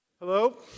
Hello